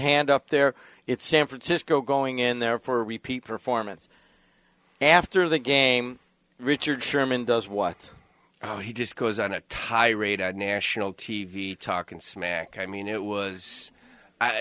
hand up there it's san francisco going in there for a repeat performance after the game richard sherman does what he just goes on a tirade of national t v talking smack i mean it was